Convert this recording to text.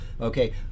Okay